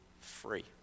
free